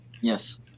Yes